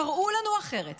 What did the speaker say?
תראו לנו אחרת,